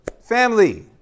family